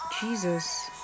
Jesus